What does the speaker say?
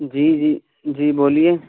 جی جی جی بولیے